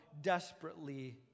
desperately